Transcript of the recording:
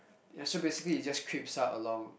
and so basically it just creeps us along